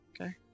Okay